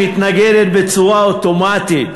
מתנגדת בצורה אוטומטית